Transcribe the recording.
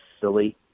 silly